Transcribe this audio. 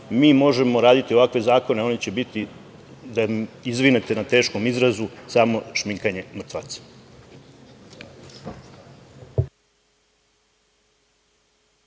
mi možemo raditi ovakve zakone, a oni će biti, da izvinite na teškom izrazu, samo šminkanje mrtvaca.